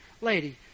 lady